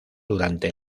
durante